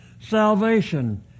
Salvation